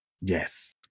Yes